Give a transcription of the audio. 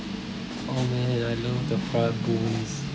!aww! man I love the fried buns